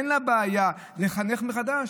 אין לה בעיה לחנך מחדש.